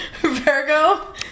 Virgo